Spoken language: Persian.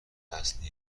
اصلی